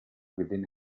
within